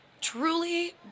truly